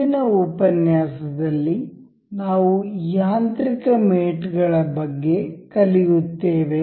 ಮುಂದಿನ ಉಪನ್ಯಾಸದಲ್ಲಿ ನಾವು ಯಾಂತ್ರಿಕ ಮೇಟ್ ಗಳ ಬಗ್ಗೆ ಕಲಿಯುತ್ತೇವೆ